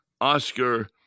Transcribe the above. Oscar